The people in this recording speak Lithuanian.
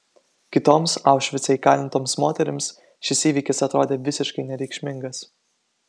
kitoms aušvice įkalintoms moterims šis įvykis atrodė visiškai nereikšmingas